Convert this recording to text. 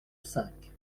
cinq